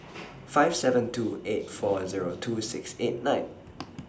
five seven two eight four Zero two six eight nine